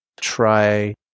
try